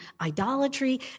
idolatry